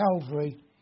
Calvary